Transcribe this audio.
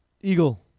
eagle